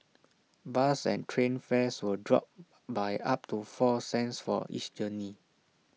bus and train fares will drop by up to four cents for each journey